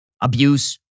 abuse